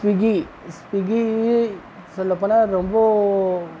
Swiggy Swiggy சொல்லபோனால் ரொம்போ